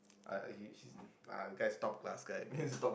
I I he that guy's top class guy man